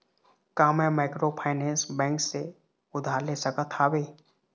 का मैं microfinance bank से उधार ले सकत हावे?